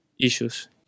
issues